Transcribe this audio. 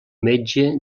metge